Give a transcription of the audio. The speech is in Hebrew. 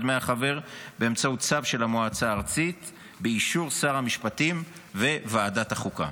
דמי החבר באמצעות צו של המועצה הארצית באישור שר המשפטים וועדת החוקה.